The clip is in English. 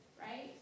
right